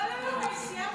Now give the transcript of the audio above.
לא, לא, לא, סיימת,